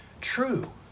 true